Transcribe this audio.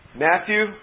Matthew